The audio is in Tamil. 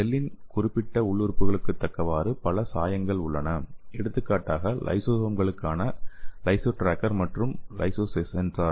செல்லின் குறிப்பிட்ட உள் உறுப்புகளுக்கு தக்கவாறு பல சாயங்கள் உள்ளன எடுத்துக்காட்டாக லைசோசோம்களுக்கான லைசோ டிராக்கர் மற்றும் லைசோசென்சர்